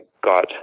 got